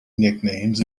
nicknames